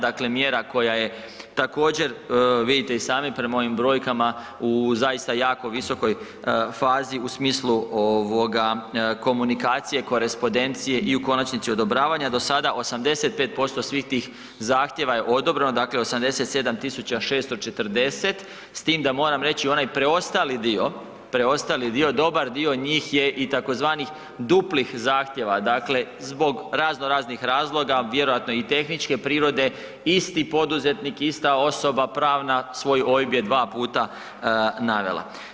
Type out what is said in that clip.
Dakle, mjera koja je također vidite i sami prema ovim brojkama u zaista jako visokoj fazi u smislu ovoga komunikacije, korespondencije i u konačnici odobravanja, do sada 85% svih tih zahtjeva je odobreno, dakle 87640 s tim da moram reći onaj preostali dio, preostali dio, dobar dio njih je tzv. duplih zahtjeva, dakle zbog razno raznih razloga, vjerojatno i tehničke prirode, isti poduzetnik, ista osoba pravna svoj OIB je dva puta navela.